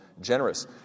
generous